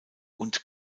und